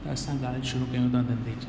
असां ॻाल्हि शुरू कयूं था धंधे जी